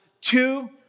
two